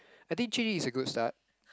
I think Jun-Yi is a good start